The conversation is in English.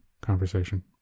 conversation